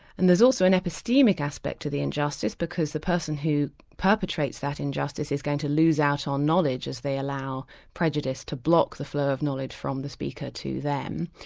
and there's also an epistemic aspect to the injustice because the person who perpetrates that injustice is going to lose out on knowledge as they allow prejudice to block the flow of knowledge from the speaker to them.